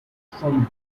from